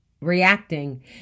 reacting